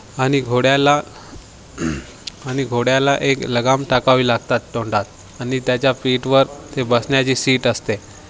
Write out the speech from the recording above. आणि घोड्याला आणि घोड्याला एक लगाम टाकावी लागतात तोंडात आणि त्याच्या पाठीवर ते बसण्याची सीट असते